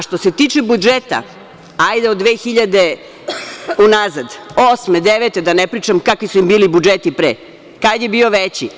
Što se tiče budžeta, unazad, od 2008, 2009. godine, da ne pričam kakvi su im bili budžeti pre, kad je bio veći?